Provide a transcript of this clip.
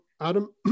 Adam